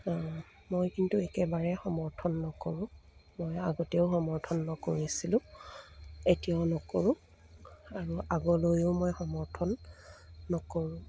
মই কিন্তু একেবাৰে সমৰ্থন নকৰোঁ মই আগতেও সমৰ্থন নকৰিছিলোঁ এতিয়াও নকৰোঁ আৰু আগলৈও মই সমৰ্থন নকৰোঁ